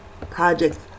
projects